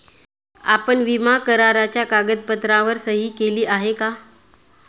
आपण विमा कराराच्या कागदपत्रांवर सही केली आहे का?